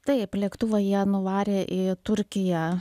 taip lėktuvą jie nuvarė į turkiją